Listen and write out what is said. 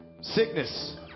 Sickness